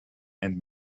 and